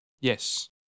yes